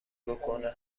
بکنه